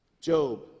Job